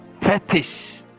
fetish